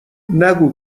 نگو